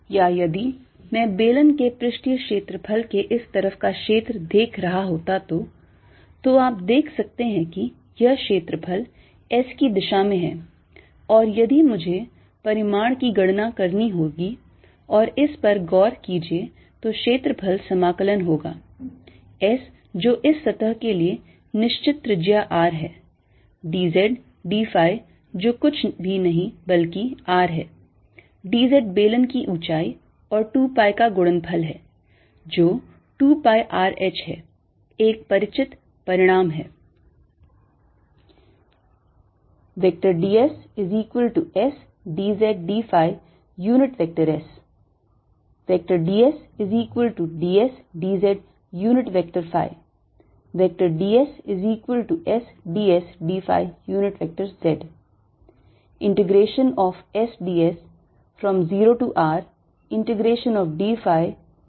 या यदि मैं बेलन के पृष्ठीय क्षेत्रफल के इस तरफ का क्षेत्र देख रहा होता तो तो आप देख सकते हैं कि यह क्षेत्रफल S की दिशा में है और यदि मुझे परिमाण की गणना करनी होगी और इस पर गौर कीजिए तो क्षेत्रफल समाकलन होगा S जो इस सतह के लिए निश्चित त्रिज्या R है d z d phi जो कुछ भी नहीं बल्कि R है dz बेलन की ऊंचाई और 2 pi का गुणनफल है जो 2 pi R H है एक परिचित परिणाम है